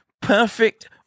perfect